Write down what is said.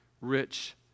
rich